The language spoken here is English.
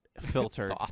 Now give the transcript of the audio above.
filtered